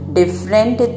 different